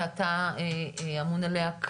שאתה אמון עליה,